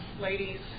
ladies